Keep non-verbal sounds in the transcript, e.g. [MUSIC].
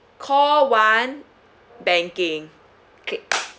call one banking okay [NOISE]